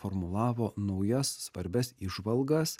formulavo naujas svarbias įžvalgas